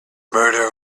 murder